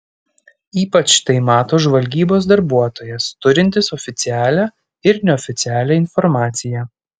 ypač tai mato žvalgybos darbuotojas turintis oficialią ir neoficialią informaciją